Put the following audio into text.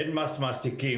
אין מס מעסיקים.